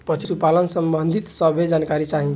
पशुपालन सबंधी सभे जानकारी चाही?